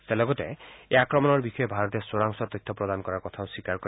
তেওঁ লগতে এই আক্ৰমণৰ বিষয়ে ভাৰতে চোৰাংচোৱা তথ্য প্ৰদান কৰাৰ কথাও তেওঁ স্বীকাৰ কৰে